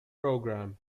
program